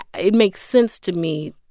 it makes sense to me,